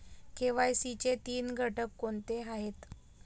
KYC चे तीन घटक कोणते आहेत?